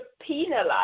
penalize